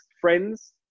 friends